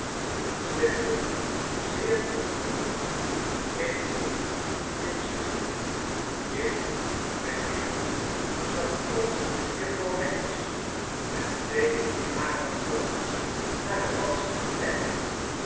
terwijl swiveller zeer onvergenoegd in een hoek bleef zitten dicht bij dezen hoek zat ook jufvrouw wackles met twee harer dochters naar het dansen te kijken